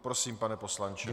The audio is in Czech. Prosím, pane poslanče.